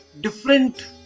different